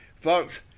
folks